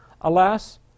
Alas